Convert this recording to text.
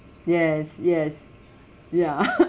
yes yes ya